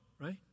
right